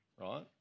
right